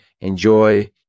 Enjoy